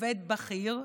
עובד בכיר,